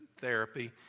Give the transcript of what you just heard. therapy